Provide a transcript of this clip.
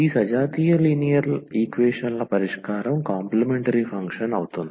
ఈ సజాతీయ linear equation ల పరిష్కారం కాంప్లీమెంటరీ ఫంక్షన్ అవుతుంది